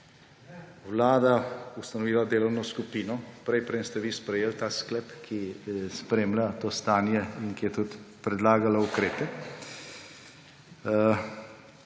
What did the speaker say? vlada ustanovila delovno skupino prej, preden ste vi sprejeli ta sklep, ki spremlja to stanje in ki je tudi predlagala ukrepe,